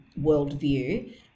worldview